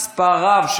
מספר רב.